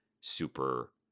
super